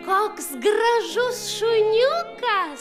koks gražus šuniukas